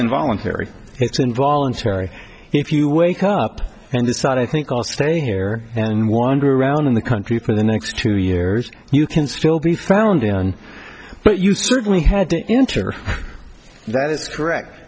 involuntary involuntary if you wake up and decide i think i'll stay here and wander around in the country for the next two years you can still be found but you certainly had to enter that is correct